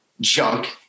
Junk